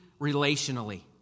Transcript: relationally